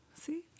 see